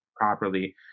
properly